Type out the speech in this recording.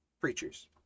preachers